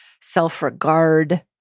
self-regard